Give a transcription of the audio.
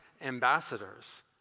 ambassadors